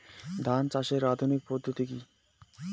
ধান চাষের আধুনিক পদ্ধতি কি?